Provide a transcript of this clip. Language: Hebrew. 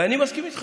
ואני מסכים איתך,